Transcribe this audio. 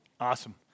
Awesome